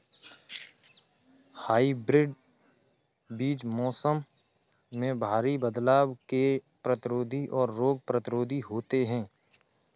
hybrid बीज मौसम में भारी बदलाव के प्रतिरोधी और रोग प्रतिरोधी होते हैं